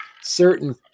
certain